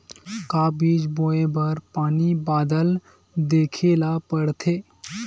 का बीज बोय बर पानी बादल देखेला पड़थे?